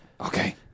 Okay